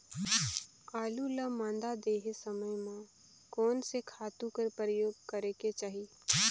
आलू ल मादा देहे समय म कोन से खातु कर प्रयोग करेके चाही?